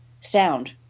sound